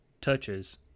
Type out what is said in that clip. touches